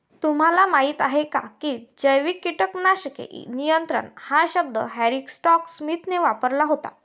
तुम्हाला माहीत आहे का की जैविक कीटक नियंत्रण हा शब्द हॅरी स्कॉट स्मिथने वापरला होता?